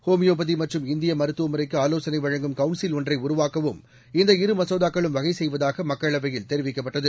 homeopathy மற்றும் இந்திய மருத்துவமுறைக்கு ஆலோசனை வழங்கும் கவுன்சில் ஒன்றை உருவாக்கவும் இந்த இரு மசோதாக்களும் வகை செய்வதாக மக்களவையில் தெரிவிக்கப்பட்டது